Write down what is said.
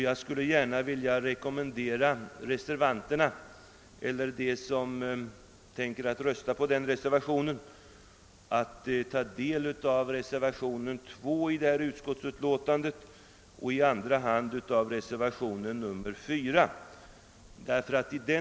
Jag vill rekommendera dem som tänker rösta på ifrågavarande reservation att i första hand studera reservationen 2 a och i andra hand reservationen 4 vid förevarande utlåtande.